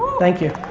thank you.